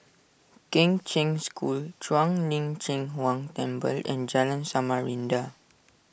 Kheng Cheng School Shuang Lin Cheng Huang Temple and Jalan Samarinda